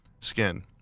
Skin